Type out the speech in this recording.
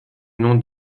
nom